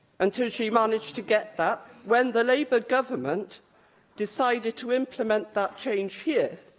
until she managed to get that when the labour government decided to implement that change here.